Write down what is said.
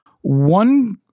One